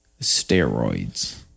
steroids